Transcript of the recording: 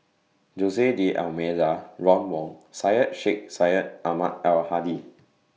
Jose D'almeida Ron Wong Syed Sheikh Syed Ahmad Al Hadi